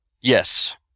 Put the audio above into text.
Yes